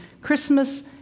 Christmas